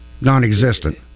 Non-existent